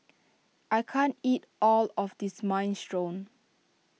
I can't eat all of this Minestrone